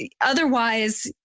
otherwise